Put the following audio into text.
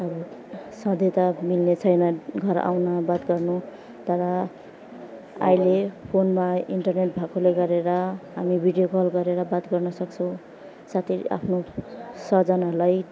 अब सधैँ त मिल्ने छैन घर आउन बात गर्नु तर अहिले फोनमा इन्टेरनेट भएकोले गरेर हामी भिडियो कल गरेर बात गर्नसक्छौँ साथै आफ्नो स्वजनहरूलाई